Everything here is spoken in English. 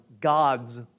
God's